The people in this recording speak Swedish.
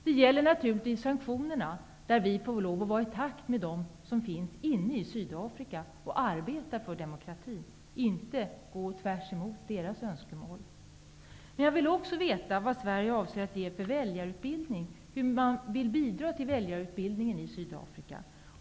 Det gäller naturligtvis sanktionerna, där vi måste vara i takt med dem som finns inne i Sydafrika och som arbetar för demokratin. Vi skall inte gå tvärt emot deras önskemål. Hur vill man från svensk sida bidra till väljarutbildningen i Sydafrika.